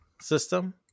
system